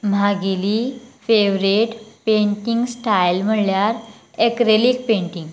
म्हागेली favourite painting style म्हळ्यार acrylic painting